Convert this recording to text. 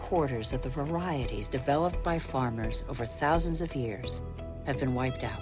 quarters at the variety is developed by farmers over thousands of years have been wiped out